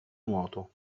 nuoto